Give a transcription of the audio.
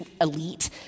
elite